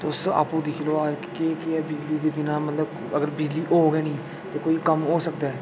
तुस आपूं दिक्खी लैओ की बिजली दे बिना मतलब अगर बिजली होग गै निं ते कोई कम्म हो सकदा ऐ